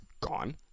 gone